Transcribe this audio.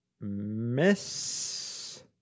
Miss